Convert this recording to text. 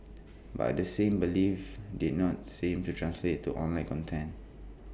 but the same belief did not seem to translate to online content